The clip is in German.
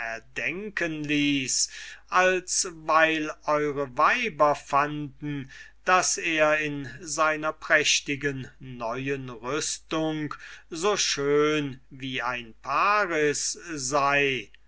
davon erdenken ließ als weil eure weiber fanden daß er in seiner prächtigen neuen rüstung so schön wie ein paris sei